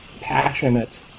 passionate